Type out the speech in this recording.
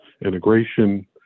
integration